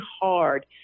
hard